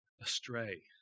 astray